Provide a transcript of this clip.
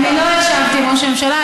אני לא ישבתי עם ראש הממשלה.